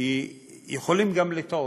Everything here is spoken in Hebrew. כי יכולים גם לטעות.